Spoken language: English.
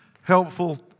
helpful